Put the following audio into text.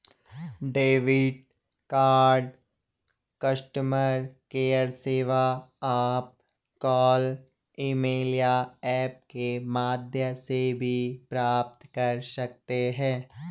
debit card customer care सेवा आप call email या ऐप के माध्यम से भी प्राप्त कर सकते हैं